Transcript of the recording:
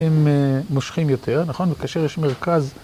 הם מושכים יותר, נכון? וכאשר יש מרכז...